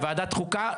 בוועדת החוקה,